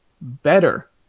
better